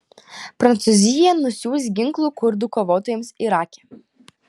prancūzija nusiųs ginklų kurdų kovotojams irake